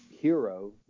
hero